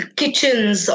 kitchens